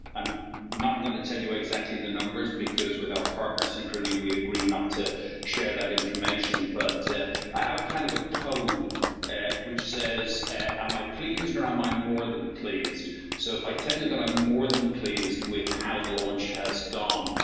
i'm not going to tell you exactly the numbers because with our partners synchrony we agreed not to share that information but i have a kind of code and which says am i pleased or am um i more than pleased so if i tell you that i'm more than pleased with how the launch has gone,